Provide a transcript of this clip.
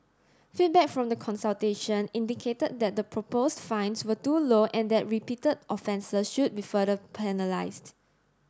feedback from the consultation indicate that the proposed fines were too low and that repeat offences should be further penalised